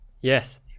yes